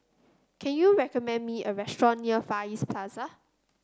can you recommend me a restaurant near Far East Plaza